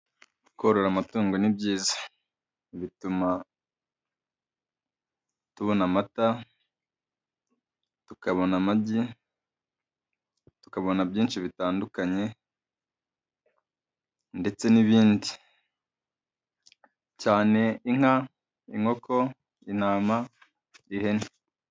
Korora amatungo ni byiza, bituma tubona amata, tukabona amagi, tukabona byinshi bitandukanye ndetse n'ibindi, cyane inka, inkoko, intama n'ihene.